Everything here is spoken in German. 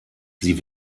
sie